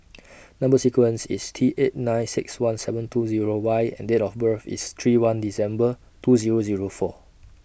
Number sequence IS T eight nine six one seven two Zero Y and Date of birth IS three one December two Zero Zero four